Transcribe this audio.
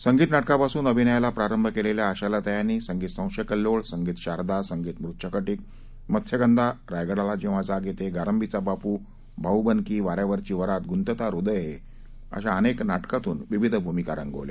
संगीत नाटकांपासून अभिनयाला प्रारंभ केलेल्या आशालता यांनी संगीत संशय कल्लोळ संगीत शारदा संगीत मृच्छकटीक मत्स्यगंधा रायगडाला जेव्हा जाग येते गारंबीचा बापू भाऊबंदकी वाऱ्यावरची वरात गुंतता हृदय हे आदी नाटकांमधून विविध भूमिका रंगवल्या